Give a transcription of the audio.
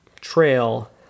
trail